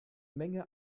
menge